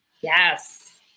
Yes